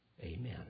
Amen